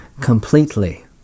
completely